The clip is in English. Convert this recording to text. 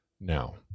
Now